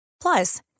Plus